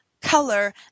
color